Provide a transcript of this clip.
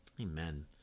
Amen